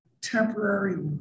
temporary